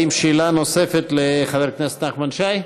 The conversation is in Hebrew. האם שאלה נוספת לחבר הכנסת נחמן שי?